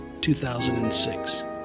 2006